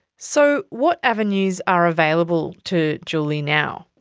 so what avenues are available to julie now?